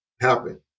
happen